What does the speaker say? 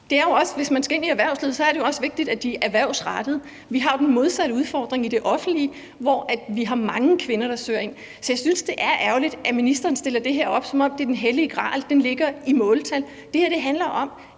Hvis man skal ind i erhvervslivet, er det jo også vigtigt, at de er erhvervsrettede. Vi har jo den modsatte udfordring i det offentlige, hvor vi har mange kvinder, der søger ind. Så jeg synes, det er ærgerligt, at ministeren stiller det her op, som om det er den hellige gral, som ligger i måltal. Det her handler om,